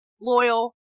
loyal